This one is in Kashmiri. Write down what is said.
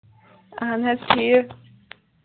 اَہَن حظ ٹھیٖک